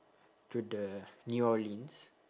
to the new orleans